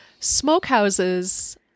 smokehouses